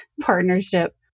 partnership